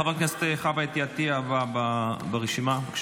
חברת הכנסת חווה אתי עטייה ברשימה, בבקשה.